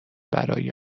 برای